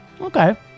Okay